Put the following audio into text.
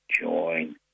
join